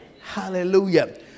Hallelujah